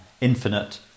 infinite